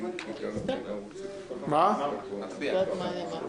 19:00 עד 20:00?